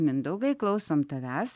mindaugai klausom tavęs